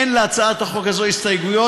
אין להצעת החוק הזאת הסתייגויות,